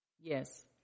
Yes